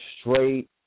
straight